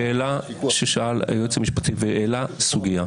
שאלה ששאל היועץ המשפטי, והעלה סוגיה,